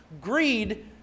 Greed